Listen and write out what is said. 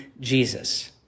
Jesus